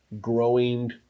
growing